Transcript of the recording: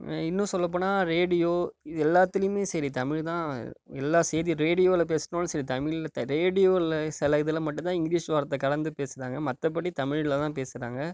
இன்னும் சொல்லப் போனால் ரேடியோ இது எல்லாத்திலேயுமே சரி தமிழ் தான் எல்லா செய்தியும் ரேடியோவில் பேசுனாலும் சரி தமிழில் ரேடியோவில் சில இதில் மட்டும் தான் இங்கிலீஷ் வார்த்தை கலந்து பேசுகிறாங்க மற்றபடி தமிழில் தான் பேசுகிறாங்க